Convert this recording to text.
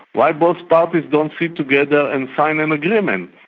why both parties don't sit together and sign an agreement,